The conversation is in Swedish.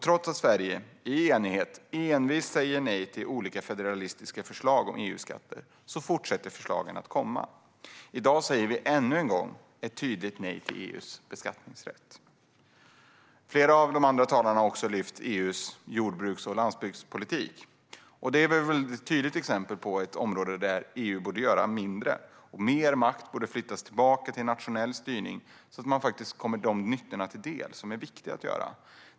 Trots att Sverige i enighet envist säger nej till olika federalistiska förslag om EU-skatter fortsätter förslagen att komma. I dag säger vi ännu en gång tydligt nej till att ge EU beskattningsrätt. Flera andra talare har också tagit upp EU:s jordbruks och landsbygdspolitik. Det är väl ett tydligt exempel på ett område där EU borde göra mindre. Mer makt borde flyttas tillbaka till nationell styrning, så att man uppnår de nyttor som är viktiga.